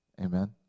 Amen